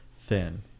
thin